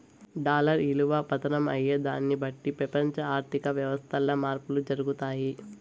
dollar ఇలువ పతనం అయ్యేదాన్ని బట్టి పెపంచ ఆర్థిక వ్యవస్థల్ల మార్పులు జరగతాయి